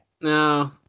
No